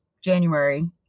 January